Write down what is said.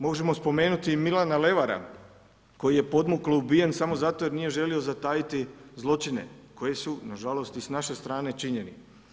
Možemo spomenuti i Milana Levara koji je podmuklo ubijen samo zato jer nije želio zatajiti zločine koji su nažalost i s naše strane činjeni.